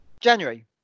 January